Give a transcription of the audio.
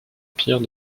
pire